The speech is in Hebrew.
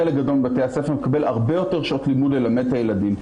חלק גדול מבתי הספר מקבל הרבה יותר שעות לימוד ללמד את הילדים.